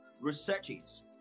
researches